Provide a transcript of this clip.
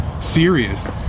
serious